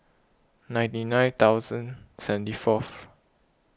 ninety nine thousand seventy fourth